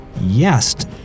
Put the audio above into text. yes